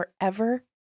forever